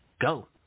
go